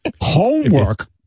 homework